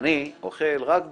אני אוכל רק בד"צ,